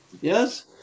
Yes